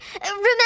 Remember